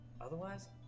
Otherwise